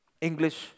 English